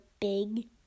big